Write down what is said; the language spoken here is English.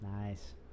nice